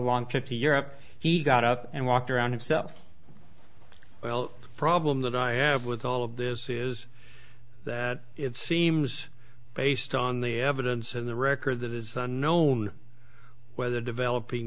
long trip to europe he got up and walked around himself well problem that i have with all of this is that it seems based on the evidence in the record that is unknown whether developing